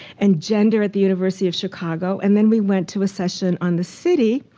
and gender at the university of chicago. and then we went to a session on the city.